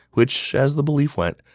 which, as the belief went,